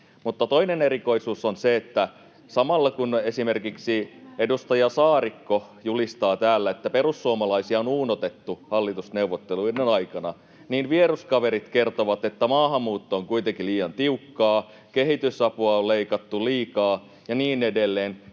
Toinen erikoisuus on se, että samalla kun esimerkiksi edustaja Saarikko julistaa täällä, että perussuomalaisia on uunotettu hallitusneuvotteluiden aikana, niin vieruskaverit kertovat, että maahanmuutto on kuitenkin liian tiukkaa, kehitysapua on leikattu liikaa ja niin edelleen.